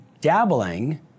dabbling